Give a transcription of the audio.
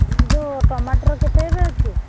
ଯେଉଁ ଟମାଟର କେତେ ଏବେ ଅଛି